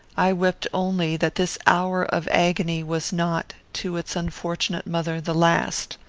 i wept only that this hour of agony was not, to its unfortunate mother, the last.